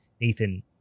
Nathan